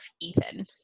ethan